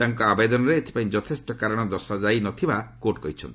ତାଙ୍କ ଆବେଦନରେ ଏଥିପାଇଁ ଯଥେଷ୍ଟ କାରଣ ଦର୍ଶାଯାଇନଥିବାର କୋର୍ଟ କହିଛନ୍ତି